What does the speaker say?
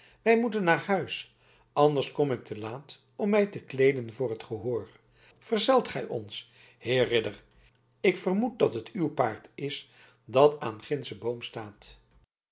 wij moeten naar huis anders kom ik te laat om mij te kleeden voor het gehoor verzelt gij ons heer ridder ik vermoed dat het uw paard is dat aan gindschen boom staat